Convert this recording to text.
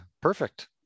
perfect